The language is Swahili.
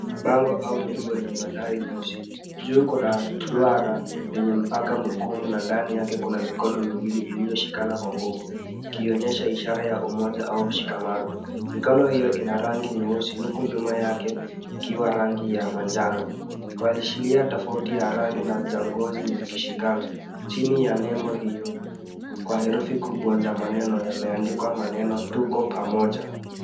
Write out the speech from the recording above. Bango au nembo yenye mandhari nyeusi, juu kuna duara lenye mpaka mwekundu na ndani yake kuna mikono miwili iliyoshikana kwa nguvu, ikionyesha ishara ya umoja au mshikamano. Mikono hiyo ina rangi nyeusi huku nyuma yake ikiwa rangi ya manjano. Kwa alishilia tofauti ya rangi na za ngozi zikishikana, chini ya nembo hiyo kwa herufi kubwa za maneno yameandikwa maneno "TUKO PAMOJA".